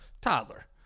toddler